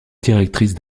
directrice